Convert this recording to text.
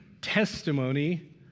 testimony